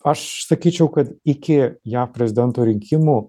aš sakyčiau kad iki jav prezidento rinkimų